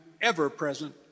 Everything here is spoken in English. ever-present